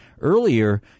Earlier